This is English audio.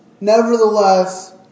Nevertheless